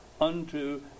unto